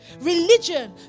religion